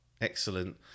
Excellent